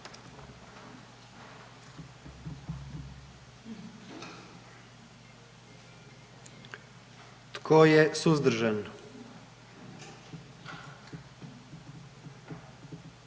Tko je suzdržan?